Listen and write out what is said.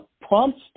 prompts